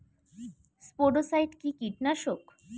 স্পোডোসাইট কি কীটনাশক?